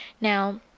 Now